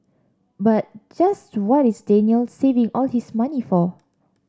but just what is Daniel saving all his money for